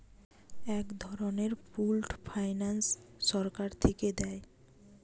এক ধরনের pooled finance সরকার থিকে দেয়